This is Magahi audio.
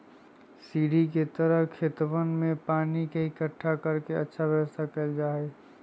सीढ़ी के तरह खेतवन में पानी के इकट्ठा कर के अच्छा व्यवस्था कइल जाहई